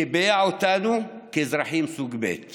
קיבע אותנו כאזרחים סוג ב';